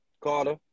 Carter